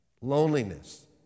Loneliness